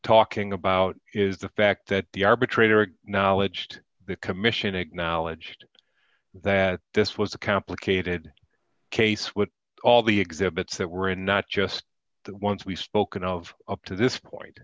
talking about is the fact that the arbitrator acknowledged the commission acknowledged that this was a complicated case with all the exhibits that were in not just the ones we've spoken of up to this point